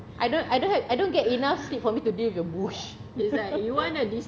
I don't I don't have I don't get enough sleep for me to deal with your bush